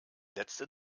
letzte